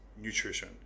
nutrition